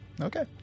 Okay